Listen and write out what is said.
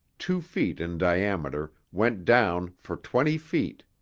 two feet in diameter, went down for twenty feet.